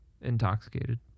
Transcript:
intoxicated